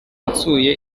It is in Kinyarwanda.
nsuye